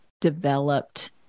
developed